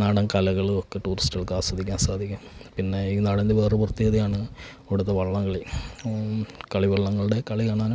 നാടന് കലകളും ഒക്കെ ടൂറിസ്റ്റുകള്ക്ക് ആസ്വദിക്കാന് സാധിക്കും പിന്നെ ഈ നാടിന്റെ വേറൊരു പ്രത്യേകതയാണ് അവിടത്തെ വള്ളം കളി കളിവള്ളങ്ങളുടെ കളി കാണാനും